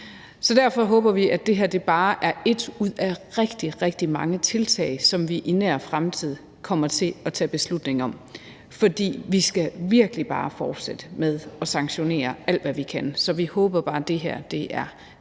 Derfor håber vi, at det her bare er et ud af rigtig, rigtig mange tiltag, som vi i nær fremtid kommer til at tage beslutning om. For vi skal virkelig bare fortsætte med at sanktionere alt, hvad vi kan, så vi håber bare, det her er